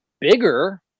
bigger